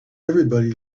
everybody